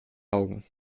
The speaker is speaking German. augen